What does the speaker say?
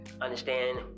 understand